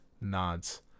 nods